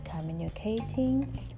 communicating